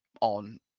on